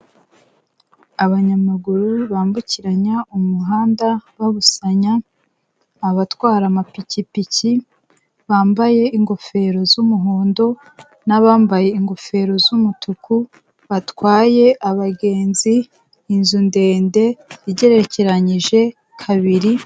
Abanyamaguru bambukiranya umuhanda babusanya, abatwara amapikipiki bambaye ingofero z'umuhondo n'abambaye ingofero z'umutuku batwaye abagenzi inzu ndende igerekeranyije kabiri.